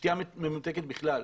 שתיה ממותקת בכלל.